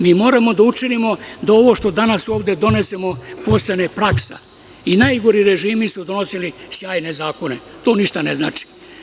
Mi moramo da učinimo da danas što ovde donesemo, postane i praksa, jer i najgori režimi su donosili sjajne zakone, ali to ništa ne znači.